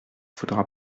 faudra